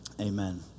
Amen